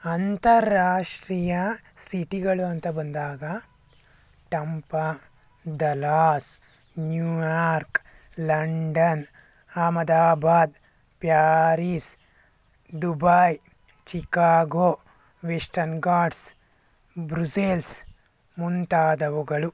ಅಂತರ್ರಾಷ್ಟ್ರೀಯ ಸಿಟಿಗಳು ಅಂತ ಬಂದಾಗ Tampa Dallas New York London Ahmedabad Paris Dubai Chicago Western Ghats Brussels ಮುಂತಾದವುಗಳು